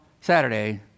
Saturday